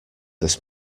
this